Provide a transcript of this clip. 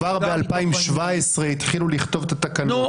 כבר ב-2017 התחילו לכתוב את התקנות.